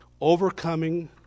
overcoming